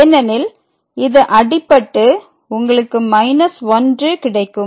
ஏனெனில் இது அடிப்பட்டு உங்களுக்கு 1 கிடைக்கும்